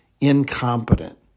incompetent